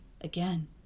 again